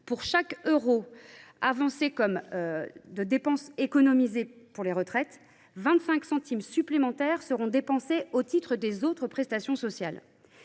pour chaque euro de dépenses économisé pour les retraites, 25 centimes supplémentaires seront dépensés au titre des autres prestations sociales.